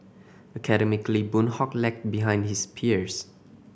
academically Boon Hock lagged behind his peers